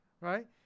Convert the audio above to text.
right